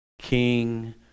king